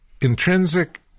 intrinsic